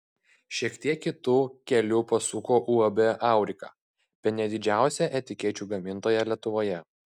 šiek tiek kitu keliu pasuko uab aurika bene didžiausia etikečių gamintoja lietuvoje